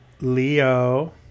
leo